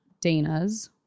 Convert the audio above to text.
Dana's